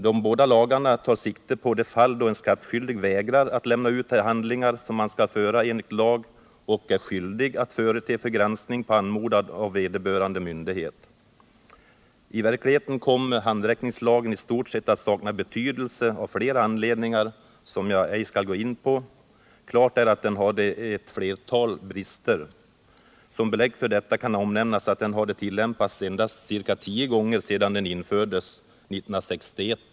Båda lagarna tar sikte på det fall då en skattskyldig vägrar att lämna ut de handlingar som han skall föra enligt lag och är skyldig att förete för granskning på anmodan av vederbörande myndighet. I verkligheten kom handräckningslagen i stort sett att sakna betydelse av flera anledningar, som jag ej skall gå in på. Klart är dock att den hade ett flertal brister. Som belägg för detta kan omnämnas att den fram till 1976 hade tillämpats endast ca tio gånger sedan den infördes 1961.